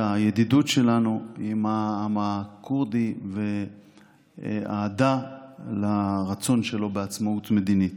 הידידות שלנו עם העם הכורדי ואהדה לרצון שלו בעצמאות מדינית.